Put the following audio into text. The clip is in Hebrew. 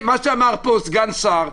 מה שאמר פה סגן השר,